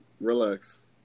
Relax